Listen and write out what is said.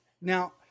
Now